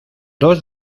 dos